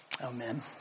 amen